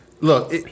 look